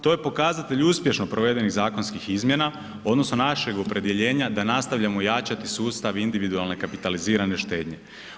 To je pokazatelj uspješno provedenih zakonskih izmjena odnosno našeg opredjeljenja da nastavljamo jačati sustav individualne kapitalizirane štednje.